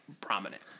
prominent